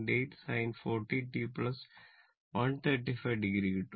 8 sin 40 t 135 o കിട്ടും